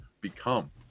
become